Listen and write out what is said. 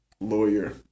lawyer